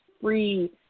free